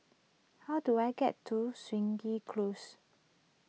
how do I get to Stangee Close